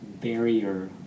barrier